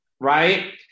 right